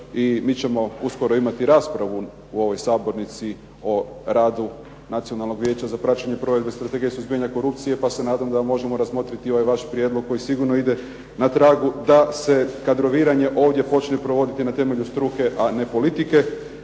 i mi ćemo uskoro imati raspravu u ovoj sabornici o radu Nacionalnog vijeća za praćenje provedbe strategije suzbijanja korupcije, pa se nadam da možemo razmotriti ovaj vaš prijedlog koji sigurno ide na tragu da se kadroviranje ovdje počne provoditi na temelju struke, a ne politike.